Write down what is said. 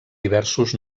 diversos